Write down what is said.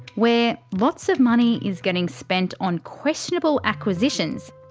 where lots of money is getting spent on questionable acquisitions,